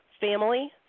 family